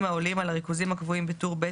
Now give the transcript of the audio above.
העולים על הריכוזים הקבועים בטור ב'